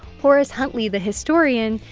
horace huntley, the historian,